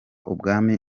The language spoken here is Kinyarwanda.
umwami